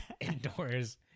indoors